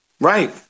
Right